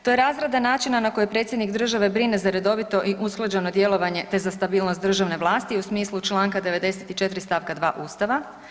To je razrada načina na koje predsjednik države brine za redovito i usklađeno djelovanje te za stabilnost državne vlasti u smislu članka 94. stavka 2. Ustava.